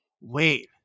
wait